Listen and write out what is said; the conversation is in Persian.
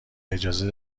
اجازه